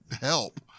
help